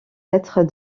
être